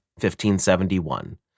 1571